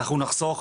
נחסוך